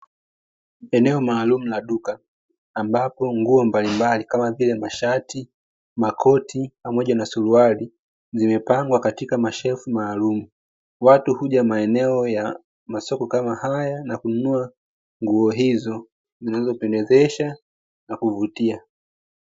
Eneo maalumu la duka, ambapo nguo mbalimbali kama vile mashati, makoti pamoja na suruali zimepangwa katika mashelfu maalumu. Watu huja maeneo ya masoko kama haya na kununua nguo hizo zinazo pendezesha na kuvutia.